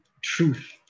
truth